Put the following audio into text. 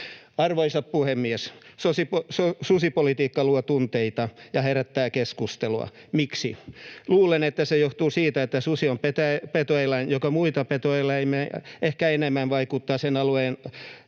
Arvoisa puhemies! Susipolitiikka luo tunteita ja herättää keskustelua. Miksi? Luulen, että se johtuu siitä, että susi on petoeläin, joka ehkä muita petoeläimiä enemmän vaikuttaa sen alueella